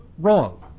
Wrong